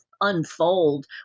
unfold